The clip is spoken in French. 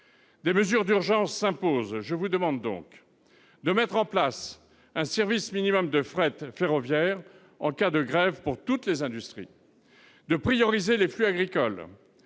Des mesures d'urgence s'imposent. Je vous demande de mettre en place un service minimum de fret ferroviaire en cas de grève pour toutes les industries, ... Ben voyons !... de prioriser les flux agricoles,